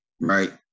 Right